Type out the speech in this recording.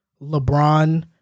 LeBron